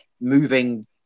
moving